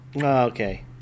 Okay